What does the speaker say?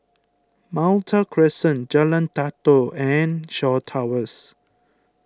Malta Crescent Jalan Datoh and Shaw Towers